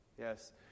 Yes